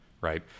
Right